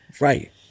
Right